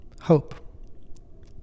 Hope